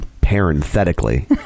Parenthetically